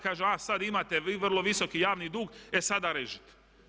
Kažu, a sad imate vi vrlo visoki javni dug e sada režite.